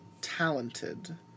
talented